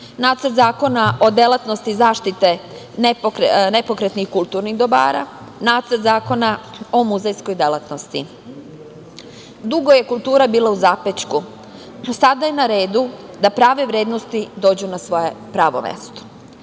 Nacrt zakona o delatnosti zaštite nepokretnih kulturnih dobara, Nacrt zakona o muzejskoj delatnosti. Dugo je kultura bila u zapećku. Sada je na redu da prave vrednosti dođu na svoje pravo mesto.